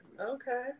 okay